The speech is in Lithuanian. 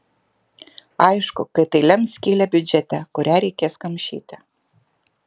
aišku kad tai lems skylę biudžete kurią reikės kamšyti